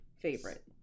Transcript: favorite